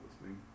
listening